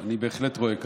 אני בהחלט רואה כך.